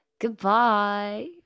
Goodbye